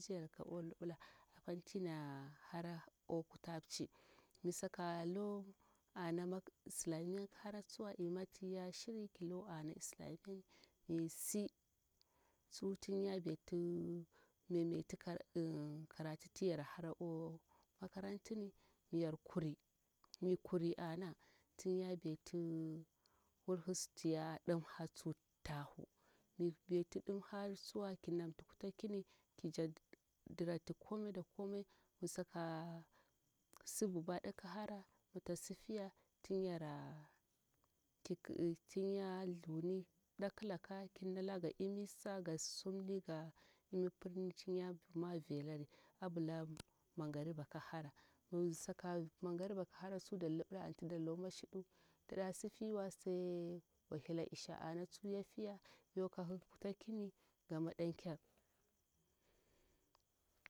Mji yar laka olibila apan tina hara o kutap ci mi saka lo ana mak islamiyan hara tsuwa ima tin ya shiri ki lo ana isalamiyan mi si tsu tin ya beti memeti kara ah karatu ti yar hara o makarantini mi yar kuri mi kuri ana tin ya beti wulhi sunati ya dimhari tsu tahu mi beti dimhani tsuwa ki namti kuta kini kija drati kome da kome mi saka sir bubada ki hara mita sifiya tin yara kik ah tin ya thuni pdakilaka kin nala ga imirsa ga susumni ga imir pirni tinya mwo velari ambila mangariba ki hara mi saka mangariba ki hara tsu da libila anti da lo mashido da daa sifiwa sai bwahila isha ana tsu yafiya yon kahi kutakini ga madan kyar